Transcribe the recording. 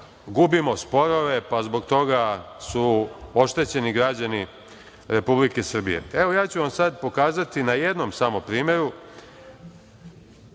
gubimo sporove, pa zbog toga su oštećeni građani Republike Srbije. Evo ja ću vam sada pokazati na jednom samo primeru